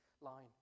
line